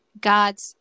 God's